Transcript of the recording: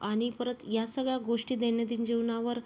आणि परत ह्या सगळ्या गोष्टी दैनंदिन जीवनावर